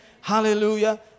Hallelujah